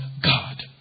God